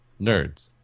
nerds